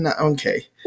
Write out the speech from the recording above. Okay